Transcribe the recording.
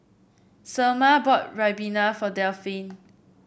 Selma bought Ribena for Delphine